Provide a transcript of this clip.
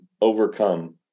overcome